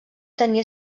tenia